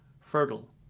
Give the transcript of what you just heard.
fertile